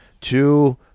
two